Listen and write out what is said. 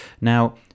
Now